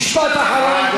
תני לו משפט אחרון.